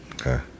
Okay